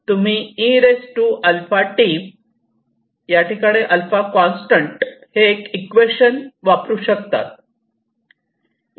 तुम्ही e−αT α constant हे एक इक्वेश्चन वापरू शकतात